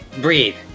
Breathe